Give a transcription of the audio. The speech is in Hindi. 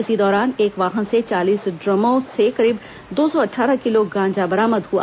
इसी दौरान एक वाहन से चालीस इामों से करीब दो सौ अट्ठारह किलो गांजा बरामद हुआ